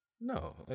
No